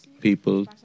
people